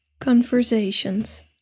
conversations